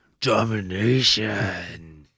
Domination